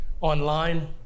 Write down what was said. online